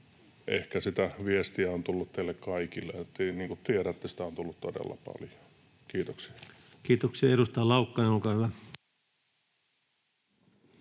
ehkä sitä viestiä on tullut teille kaikille — niin kuin tiedätte, sitä on tullut todella paljon. — Kiitoksia. [Speech 224] Speaker: